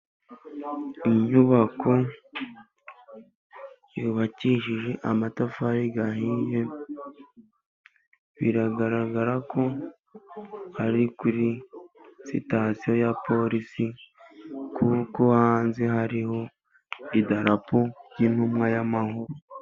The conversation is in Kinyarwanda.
Inyubako yubakishije amatafari ahiye, biragaragara ko ari kuri sitasiyo ya polisi, kuko hanze hariho idarapo ry'intumwa y'amahoro.